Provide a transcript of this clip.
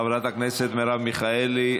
חברת הכנסת מרב מיכאלי,